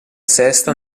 sesta